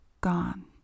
gone